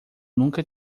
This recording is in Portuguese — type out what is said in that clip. nunca